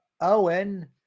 Owen